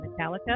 Metallica